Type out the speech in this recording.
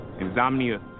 Insomnia